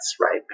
right